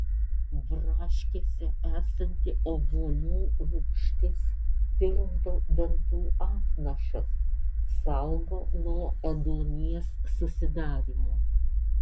braškėse esanti obuolių rūgštis tirpdo dantų apnašas saugo nuo ėduonies susidarymo